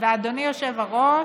ואדוני היושב-ראש,